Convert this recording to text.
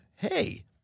hey